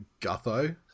Gutho